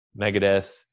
megadeth